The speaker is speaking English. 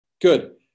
Good